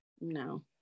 no